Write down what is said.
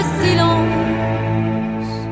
silence